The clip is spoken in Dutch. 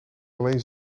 alleen